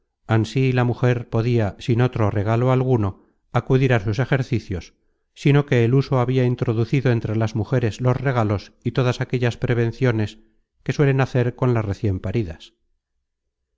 cielo ansí la mujer podia sin otro regalo alguno acudir á sus ejercicios sino que el uso habia introducido entre las mujeres los regalos y todas content from google book search generated at aquellas prevenciones que suelen hacer con las recien paridas